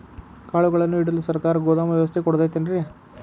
ಕಾಳುಗಳನ್ನುಇಡಲು ಸರಕಾರ ಗೋದಾಮು ವ್ಯವಸ್ಥೆ ಕೊಡತೈತೇನ್ರಿ?